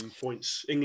points